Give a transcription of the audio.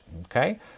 Okay